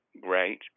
great